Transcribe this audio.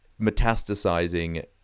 metastasizing